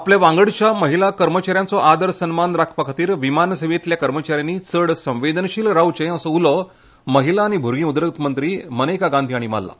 आपल्या वांगडच्या महिला कर्मच्याऱ्यांचो आदर सन्मान राखपा खातीर विमान सेवेंतल्या कर्मच्या यांनी चड संवेदनशील रावचें असो उलो महिला आनी भुरगीं उदरगत मंत्री मनेका गांधी हांणी मारला